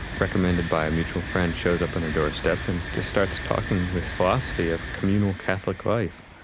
recommended by a mutual friend, shows up on her doorstep and just starts talking this philosophy of communal catholic life.